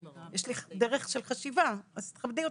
יש לי דרך של חשיבה אז תכבדי אותי.